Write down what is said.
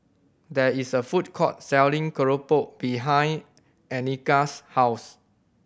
there is a food court selling keropok behind Anika's house